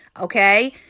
Okay